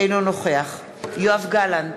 אינו נוכח יואב גלנט,